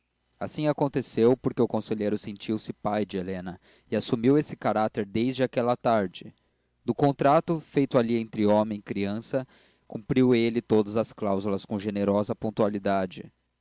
assim aconteceu porque o conselheiro sentiu-se pai de helena e assumiu esse caráter desde aquela tarde do contrato feito ali entre o homem e a criança cumpriu ele todas as cláusulas com generosa pontualidade